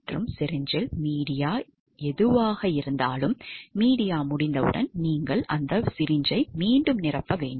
மற்றும் சிரிஞ்சில் மீடியா எதுவாக இருந்தாலும் மீடியா முடிந்தவுடன் நீங்கள் அந்த சிரிஞ்சை மீண்டும் நிரப்ப வேண்டும்